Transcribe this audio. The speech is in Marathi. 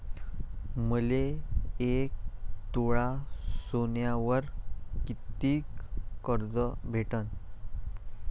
मले एक तोळा सोन्यावर कितीक कर्ज भेटन?